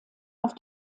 auf